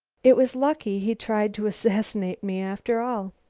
it was lucky he tried to assassinate me after all.